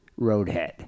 Roadhead